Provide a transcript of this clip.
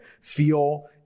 feel